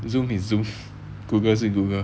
zoom meets zoom google 是 google